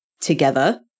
together